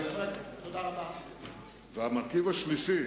והמרכיב השלישי,